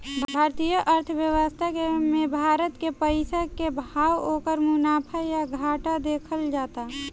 भारतीय अर्थव्यवस्था मे भारत के पइसा के भाव, ओकर मुनाफा या घाटा देखल जाता